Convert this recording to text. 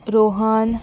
Rohan